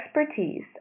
expertise